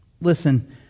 Listen